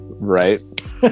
right